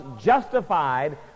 justified